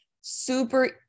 super